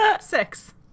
Six